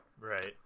Right